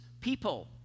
people